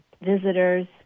visitors